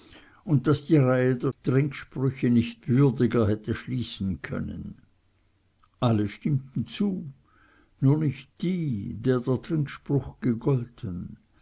und daß die reihe der trinksprüche nicht würdiger hätte schließen können alle stimmten zu nur nicht die der der trinkspruch gegolten